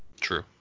True